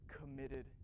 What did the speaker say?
committed